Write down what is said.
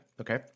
okay